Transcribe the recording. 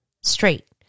straight